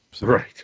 right